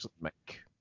make